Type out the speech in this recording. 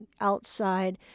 outside